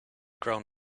grown